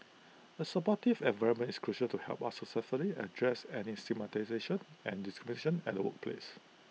A supportive environment is crucial to help us successfully address any stigmatisation and discrimination at workplace